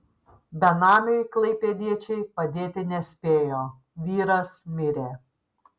benamiui klaipėdiečiai padėti nespėjo vyras mirė